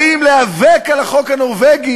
באים להיאבק על החוק הנורבגי.